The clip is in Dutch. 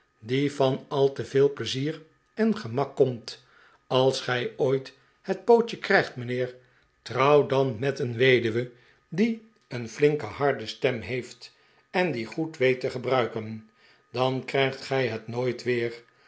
die van al te veel pleizier en gemak komt als gij ooit het pootje krijgt mijnheer trouw dan met een weduwe die een flinke harde stem he eft en die goed weet te gebruiken dan krijgt gij het nboit weer